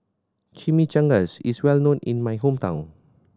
chimichangas is well known in my hometown